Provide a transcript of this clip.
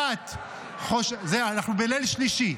אנחנו בליל שלישי.